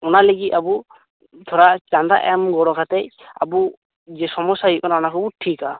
ᱚᱱᱟ ᱞᱟᱹᱜᱤᱫ ᱟᱵᱚ ᱛᱷᱚᱲᱟ ᱪᱟᱸᱫᱟ ᱮᱢ ᱜᱚᱲᱚ ᱠᱟᱛᱮ ᱟᱵᱚ ᱡᱮ ᱥᱚᱢᱚᱥᱥᱟ ᱦᱩᱭᱩᱜ ᱠᱟᱱᱟ ᱚᱱᱟ ᱠᱚᱵᱚ ᱴᱷᱤᱠᱟ